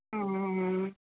ਹਮ